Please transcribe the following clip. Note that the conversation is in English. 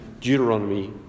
Deuteronomy